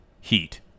Heat